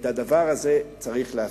את הדבר הזה צריך להפסיק.